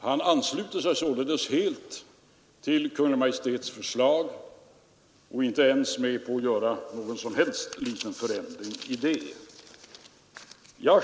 Han ansluter sig således helt till Kungl. Maj:ts förslag och är inte ens med på att göra någon liten förändring i det.